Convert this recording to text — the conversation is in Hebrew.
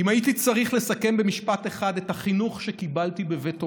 אם הייתי צריך לסכם במשפט אחד את החינוך שקיבלתי בבית הוריי,